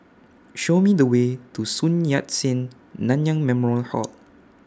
Show Me The Way to Sun Yat Sen Nanyang Memorial Hall